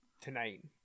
tonight